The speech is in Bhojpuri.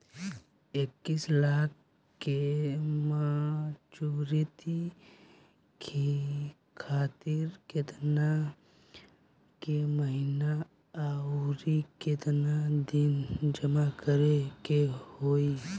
इक्कीस लाख के मचुरिती खातिर केतना के महीना आउरकेतना दिन जमा करे के होई?